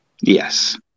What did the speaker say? Yes